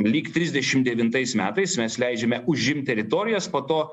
lyg trisdešim devintais metais mes leidžiame užimti teritorijas po to